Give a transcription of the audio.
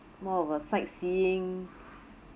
more of a sightseeing